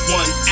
one